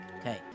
Okay